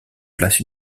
place